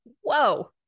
whoa